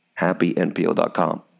HappyNPO.com